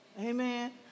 Amen